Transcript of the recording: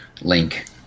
Link